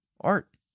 art